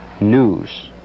news